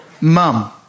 Mum